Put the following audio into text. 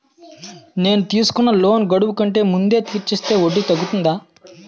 నేను తీసుకున్న లోన్ గడువు కంటే ముందే తీర్చేస్తే వడ్డీ తగ్గుతుందా?